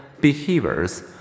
behaviors